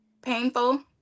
Painful